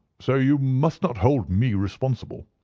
so you must not hold me responsible.